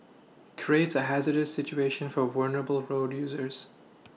creates a hazardous situation for vulnerable road users